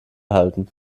halten